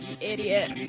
Idiot